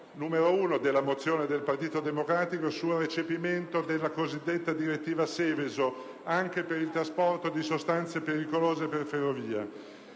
mozione del Gruppo del Partito Democratico sul recepimento della cosiddetta direttiva Seveso anche per il trasporto di sostanze pericolose per ferrovia.